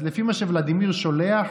אז לפי מה שוולדימיר שולח